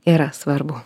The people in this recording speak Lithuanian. yra svarbu